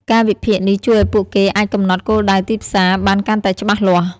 ការវិភាគនេះជួយឱ្យពួកគេអាចកំណត់គោលដៅទីផ្សារបានកាន់តែច្បាស់លាស់។